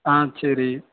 ஆ சரி